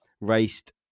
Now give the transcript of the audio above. raced